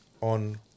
on